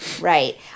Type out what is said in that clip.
Right